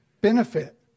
benefit